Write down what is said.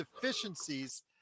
deficiencies